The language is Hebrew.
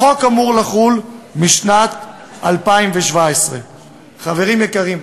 החוק אמור לחול משנת 2017. חברים יקרים,